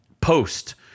post